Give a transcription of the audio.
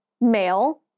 male